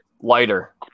Lighter